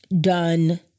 done